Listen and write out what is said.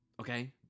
Okay